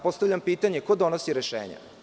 Postavljam pitanje – ko donosi rešenja?